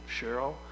Cheryl